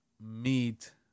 meet